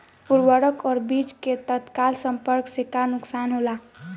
उर्वरक और बीज के तत्काल संपर्क से का नुकसान होला?